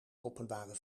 openbare